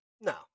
No